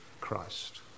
Christ